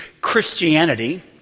Christianity